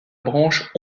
branche